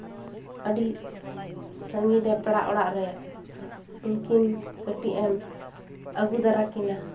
ᱟᱹᱰᱤ ᱥᱟᱺᱜᱤᱧ ᱨᱮ ᱯᱮᱲᱟ ᱚᱲᱟᱜ ᱨᱮ ᱩᱱᱠᱤᱱ ᱠᱟᱹᱴᱤᱡ ᱮᱢ ᱟᱹᱜᱩ ᱫᱟᱨᱟ ᱠᱤᱱᱟ